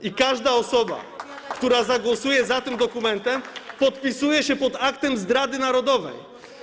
I każda osoba, która zagłosuje za tym dokumentem, podpisuje się pod aktem zdrady narodowej.